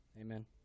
Amen